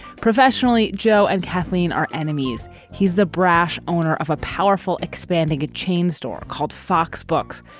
professionally, joe and kathleen are enemies he's the brash owner of a powerful expanding a chain store called fox books,